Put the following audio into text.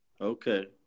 Okay